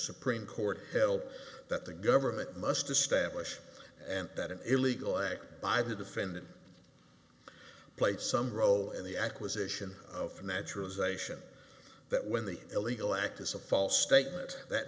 supreme court held that the government must establish and that an illegal act by the defendant play some role in the acquisition of naturalization that when the illegal act is a false statement that